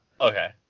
Okay